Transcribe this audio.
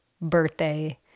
birthday